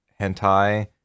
hentai